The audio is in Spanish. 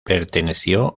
perteneció